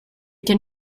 can